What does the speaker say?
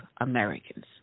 Americans